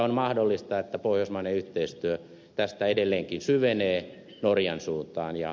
on mahdollista että pohjoismainen yhteistyö tästä edelleenkin syvenee norjan suuntaan